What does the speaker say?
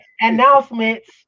announcements